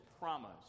promise